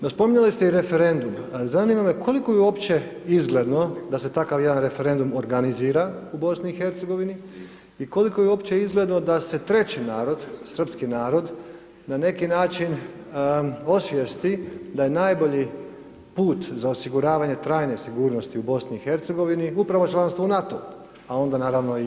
No, spominjali ste i referendum, zanima me koliko je uopće izgledno da se takav jedan referendum organizira u BiH i koliko je uopće izgledno da se treći narod, Srpski narod, na neki način osvijesti da je najbolji put za osiguravanje trajne sigurnosti u BiH, upravo članstvo u NATO-u a onda naravno i u EU.